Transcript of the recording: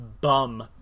bum